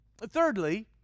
Thirdly